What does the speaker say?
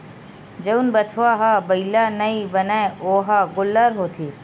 जउन बछवा ह बइला नइ बनय ओ ह गोल्लर होथे